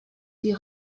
die